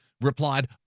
replied